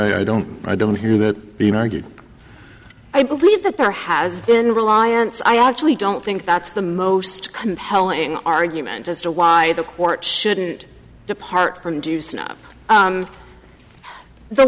y i don't i don't hear that being argued i believe that there has been reliance i actually don't think that's the most compelling argument as to why the court shouldn't depart from juicing up